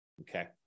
okay